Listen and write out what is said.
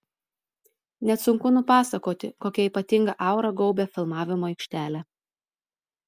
net sunku nupasakoti kokia ypatinga aura gaubia filmavimo aikštelę